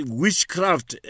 witchcraft